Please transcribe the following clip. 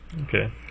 Okay